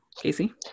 Casey